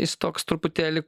jis toks truputėlį